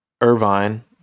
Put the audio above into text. Irvine